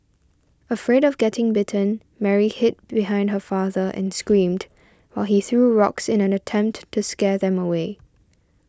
afraid of getting bitten Mary hid behind her father and screamed while he threw rocks in an attempt to scare them away